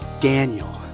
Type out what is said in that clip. Daniel